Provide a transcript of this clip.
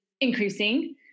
increasing